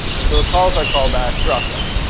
and so it calls our callback drawstuff.